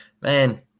Man